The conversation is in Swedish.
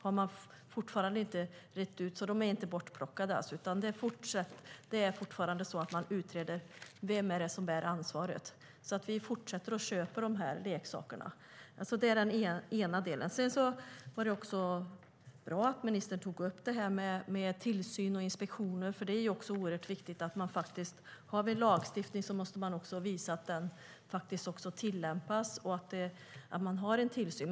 Jag förstår det som att de inte är bortplockade, utan att man fortfarande utreder vem som bär ansvaret. Vi fortsätter alltså att köpa de här leksakerna. Det var bra att ministern tog upp det här med tillsyn och inspektioner, vilket är oerhört viktigt. Har vi en lagstiftning måste vi också visa att den tillämpas och att vi har en tillsyn.